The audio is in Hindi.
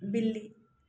बिल्ली